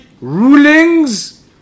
rulings